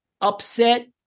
upset